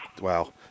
Wow